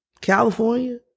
California